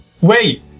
Wait